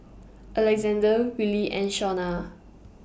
Alexande Wylie and Shona